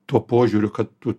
tuo požiūriu kad tu